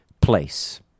place